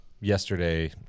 yesterday